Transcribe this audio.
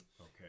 Okay